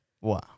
Wow